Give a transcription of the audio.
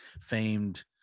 famed